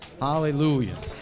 Hallelujah